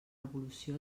revolució